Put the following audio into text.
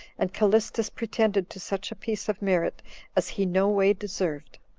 and callistus pretended to such a piece of merit as he no way deserved.